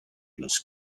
los